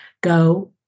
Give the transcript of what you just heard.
go